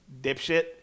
Dipshit